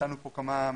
נתנו פה כמה משפטים,